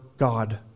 God